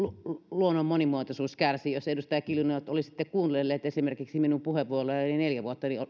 luonnon monimuotoisuus kärsii jos edustaja kiljunen olisitte kuunnellut esimerkiksi minun puheenvuorojani neljä vuotta niin